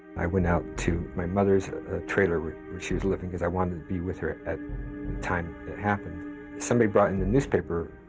i went out to my mother's trailer where she was living because i wanted to be with her at the time it happened somebody brought in the newspaper